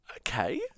Okay